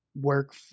work